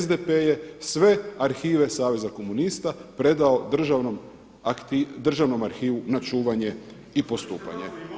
SDP je sve arhive Saveza komunista predao Državnom arhivu na čuvanje i postupanje.